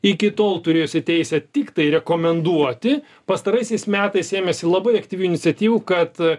iki tol turėjusi teisę tiktai rekomenduoti pastaraisiais metais ėmėsi labai aktyvių iniciatyvų kad